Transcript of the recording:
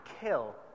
kill